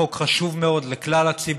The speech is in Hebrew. חוק חשוב מאוד לכלל הציבור,